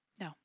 No